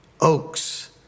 oaks